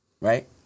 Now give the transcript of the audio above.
Right